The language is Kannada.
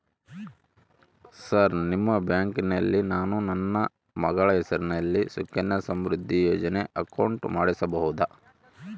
ಸರ್ ನಿಮ್ಮ ಬ್ಯಾಂಕಿನಲ್ಲಿ ನಾನು ನನ್ನ ಮಗಳ ಹೆಸರಲ್ಲಿ ಸುಕನ್ಯಾ ಸಮೃದ್ಧಿ ಯೋಜನೆ ಅಕೌಂಟ್ ಮಾಡಿಸಬಹುದಾ?